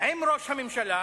עם ראש הממשלה,